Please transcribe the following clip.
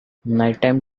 nighttime